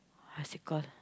what's it call